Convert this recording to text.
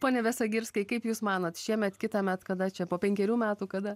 pone besagirskai kaip jūs manot šiemet kitąmet kada čia po penkerių metų kada